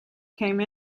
came